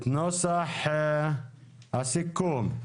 נוסח הסיכום: